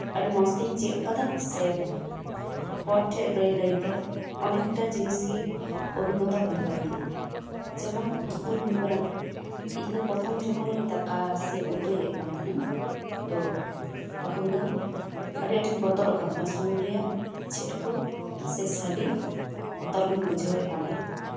ᱟᱹᱰᱤ ᱢᱚᱡᱽᱛᱮᱧ ᱪᱮᱫ ᱟᱠᱟᱫᱟ ᱥᱮ ᱦᱚᱲᱴᱷᱮᱱ ᱞᱟᱹᱭ ᱞᱟᱹᱭᱛᱮ ᱚᱱᱮᱠᱴᱟ ᱡᱤᱱᱤᱥᱜᱮ ᱚᱵᱤᱜᱽᱜᱚᱛᱟ ᱦᱳᱭ ᱟᱠᱟᱱᱛᱤᱧᱟᱹ ᱡᱮᱢᱚᱱ ᱫᱚ ᱦᱳᱭᱳᱜ ᱠᱟᱱᱟ ᱤᱧᱫᱚ ᱯᱨᱚᱛᱷᱚᱢ ᱡᱚᱠᱷᱚᱱᱤᱧ ᱫᱟᱠᱟ ᱥᱮ ᱩᱛᱩᱭᱮᱫ ᱠᱟᱱᱛᱟᱦᱮᱱᱟᱹᱧ ᱛᱚ ᱛᱚᱠᱷᱚᱱ ᱫᱚ ᱟᱹᱰᱤ ᱟᱴᱤᱧ ᱵᱚᱛᱚᱨᱚᱜ ᱠᱟᱱ ᱛᱟᱦᱮᱸᱫᱼᱟ ᱥᱩᱱᱩᱢ ᱨᱮᱭᱟᱜ ᱪᱷᱤᱴᱠᱟᱹᱣ ᱥᱮ ᱥᱟᱰᱮ ᱵᱚᱛᱚᱨᱜᱤᱧ ᱵᱩᱡᱷᱟᱹᱣᱮᱫ ᱠᱟᱱ ᱛᱟᱦᱮᱸᱫᱼᱟ